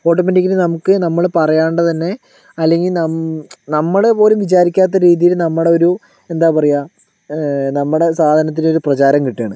automatically നമ്മൾക്ക് നമ്മൾ പറയാതെ തന്നെ അല്ലെങ്കിൽ നമ്മൾ പോലും വിചാരിക്കാത്ത രീതിയിൽ നമ്മുടെ ഒരു എന്താ പറയുക നമ്മുടെ സാധനത്തിന് ഒരു പ്രചാരം കിട്ടുകയാണ്